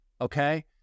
okay